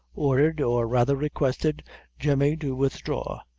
ordered, or rather requested jemmy to withdraw,